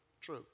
true